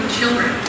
children